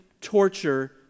torture